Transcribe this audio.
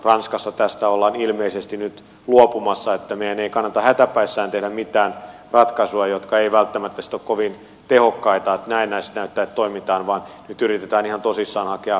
ranskassa tästä ollaan ilmeisesti nyt luopumassa niin että meidän ei kannata hätäpäissämme tehdä mitään ratkaisuja jotka eivät välttämättä sitten ole kovin tehokkaita niin että näennäisesti näyttää siltä että toimitaan vaan nyt yritetään ihan tosissaan hakea uudenlaisiakin ratkaisuja